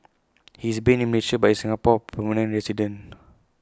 he is based in Malaysia but is A Singapore permanent resident